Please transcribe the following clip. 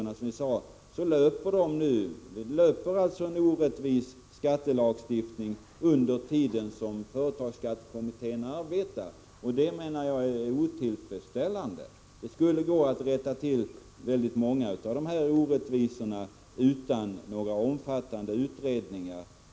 Nu löper alltså en orättvis skattelagstiftning under tiden som företagsskattekommittén arbetar, och det menar jag är otillfredsställande. Det skulle gå att rätta till många av dessa orättvisor utan några omfattande utredningar.